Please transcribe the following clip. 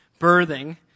birthing